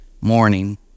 morning